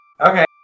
Okay